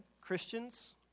Christians